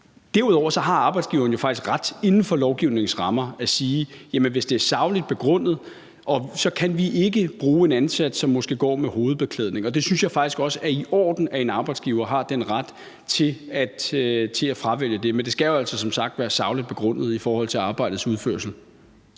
Derudover har arbejdsgiveren jo faktisk ret til inden for lovgivningens rammer at sige, at når det er sagligt begrundet, kan vi ikke bruge en ansat, som måske går med hovedbeklædning. Og det synes jeg faktisk også er i orden, at en arbejdsgiver har den ret til at fravælge en ansøger; men det skal jo altså som sagt være sagligt begrundet i forhold til arbejdets udførelse.